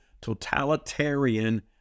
totalitarian